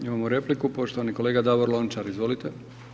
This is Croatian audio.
Imamo repliku, poštovani kolega Davor Lončar, izvolite.